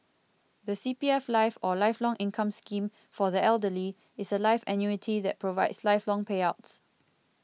the C P F life or Lifelong Income Scheme for the Elderly is a life annuity that provides lifelong payouts